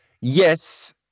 yes